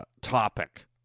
topic